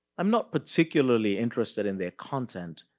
i'm not particularly interested in their content,